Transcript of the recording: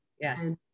yes